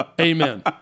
Amen